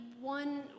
one